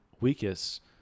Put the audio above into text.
weakest